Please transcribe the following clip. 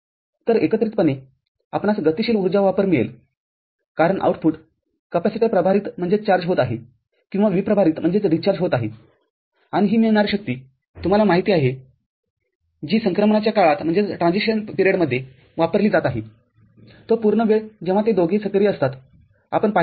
तर एकत्रितपणे आपणास गतीशील उर्जा वापर मिळेल कारण आउटपुट कॅपेसिटर प्रभारित होत आहे किंवा विप्रभारीत होत आहे आणि ही मिळणारी शक्ती तुम्हाला माहिती आहे जी संक्रमणाच्या काळात वापरली जात आहे तो पूर्ण वेळ जेव्हा ते दोघे सक्रिय असतात आपण पाहिलेला आहे